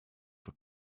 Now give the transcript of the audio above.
for